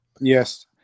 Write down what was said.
yes